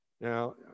Now